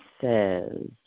says